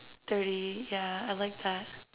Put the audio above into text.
thirty yeah I like that